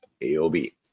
AOB